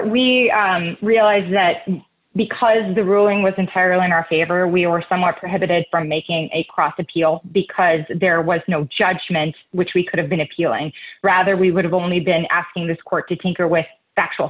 we realize that because the ruling was entirely in our favor we were some are prohibited from making a cross appeal because there was no judgment which we could have been appealing rather we would have only been asking this court to tinker with factual